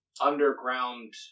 underground